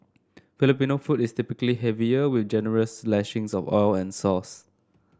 Filipino food is typically heavier with generous lashings of oil and sauce